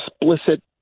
explicit